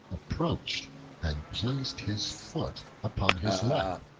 approached and placed his foot upon his lap.